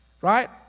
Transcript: right